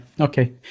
Okay